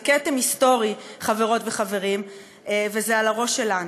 זה כתם היסטורי, חברות וחברים, וזה על הראש שלנו.